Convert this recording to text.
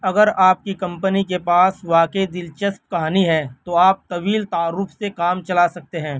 اگر آپ کی کمپنی کے پاس واقعی دلچسپ کہانی ہے تو آپ طویل تعارف سے کام چلا سکتے ہیں